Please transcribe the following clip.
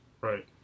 Right